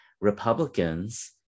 Republicans